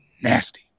nasty